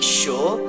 sure